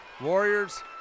Warriors